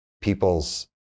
people's